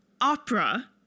opera